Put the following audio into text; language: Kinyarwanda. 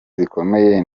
zikomeye